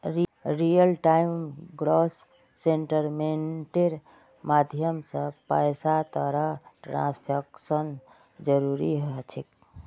real time gross सेटलमेंटेर माध्यम स पैसातर ट्रांसैक्शन जल्दी ह छेक